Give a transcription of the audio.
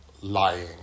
lying